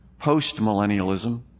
Postmillennialism